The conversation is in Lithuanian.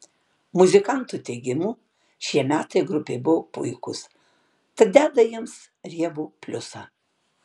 muzikantų teigimu šie metai grupei buvo puikūs tad deda jiems riebų pliusą